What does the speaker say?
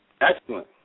Excellent